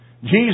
Jesus